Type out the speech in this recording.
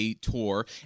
tour